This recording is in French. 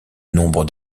nombre